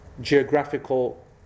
geographical